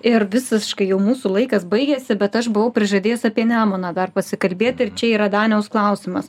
ir visiškai jau mūsų laikas baigiasi bet aš buvau prižadėjusi apie nemuną dar pasikalbėti ir čia yra daniaus klausimas